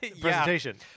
presentation